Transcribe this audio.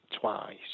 twice